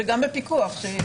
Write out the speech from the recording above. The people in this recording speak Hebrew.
וגם בפיקוח.